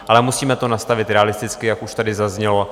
Ale musíme to nastavit realisticky, jak už tady zaznělo.